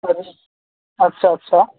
पर अच्छा अच्छा